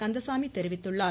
கந்தசாமி தெரிவித்துள்ளார்